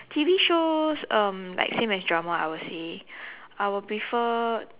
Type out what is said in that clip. T_V shows um like same as drama I would say I would prefer